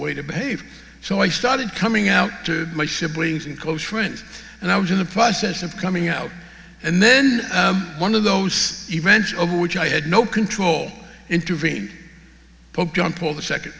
way to behave so i started coming out to my ship wings and close friends and i was in the process of coming out and then one of those events over which i had no control intervene pope john paul the second